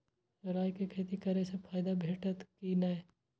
राय के खेती करे स फायदा भेटत की नै?